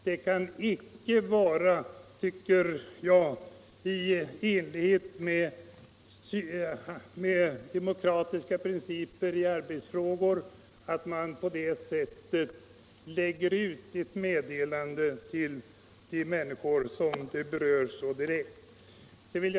Det kan inte vara i enlighet med demokratiska principer i arbetsfrågor att man på det sättet lägger ut ett meddelande till de människor som det berör så direkt. Herr talman!